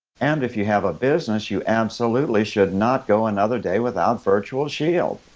and if you have a business, you absolutely should not go, another day without virtual shield.